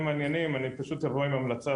אני אתן איזשהו תיאור כמו שאנחנו רואים